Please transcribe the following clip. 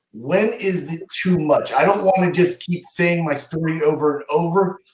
when is too much? i don't wanna just keep saying my story over and over.